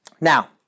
Now